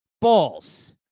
Balls